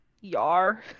Y'ar